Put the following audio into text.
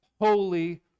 holy